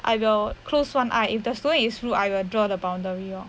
I will close one eye if the student is rude I will draw the boundary lor